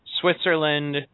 Switzerland